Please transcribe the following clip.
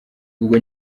ubwo